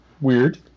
weird